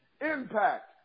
impact